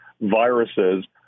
viruses